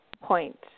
point